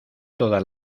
todas